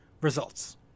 results